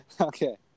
okay